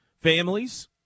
families